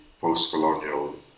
post-colonial